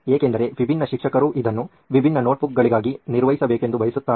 ಏಕೆಂದರೆ ವಿಭಿನ್ನ ಶಿಕ್ಷಕರು ಇದನ್ನು ವಿಭಿನ್ನ ನೋಟ್ಬುಕ್ಗಳಾಗಿ ನಿರ್ವಹಿಸಬೇಕೆಂದು ಬಯಸುತ್ತಾರೆ